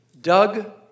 Doug